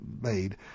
made